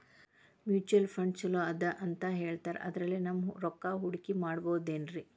Mutual fund ಛಲೋ ಅದಾ ಅಂತಾ ಹೇಳ್ತಾರ ಅದ್ರಲ್ಲಿ ನಮ್ ರೊಕ್ಕನಾ ಹೂಡಕಿ ಮಾಡಬೋದೇನ್ರಿ?